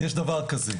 יש דבר כזה.